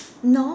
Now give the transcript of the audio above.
no